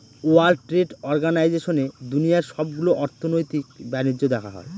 world trade অর্গানাইজেশনে দুনিয়ার সবগুলো অর্থনৈতিক বাণিজ্য দেখা হয়